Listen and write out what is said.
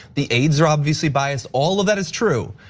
the aides are obviously biased. all of that is true.